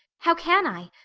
how can i?